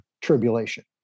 tribulation